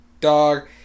dog